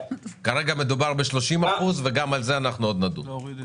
כרגע מדובר ב-30%, וגם על זה אנחנו עוד נדון.